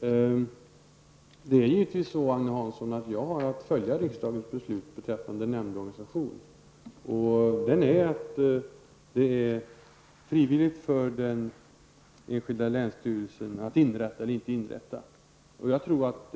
Fru talman! Det är givetvis så, Agne Hansson, att jag har att följa riksdagens beslut när det gäller nämndeorganisation. Där heter det att det är frivilligt för den enskilde länsstyrelsen att inrätta eller att inte inrätta. Jag tror att